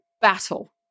battle